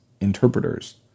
interpreters